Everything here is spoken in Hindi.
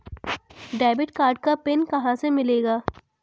डेबिट कार्ड का पिन कहां से मिलेगा?